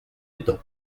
étang